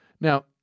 Now